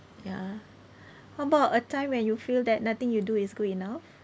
ya how about a time when you feel that nothing you do is good enough